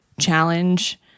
challenge